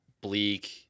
bleak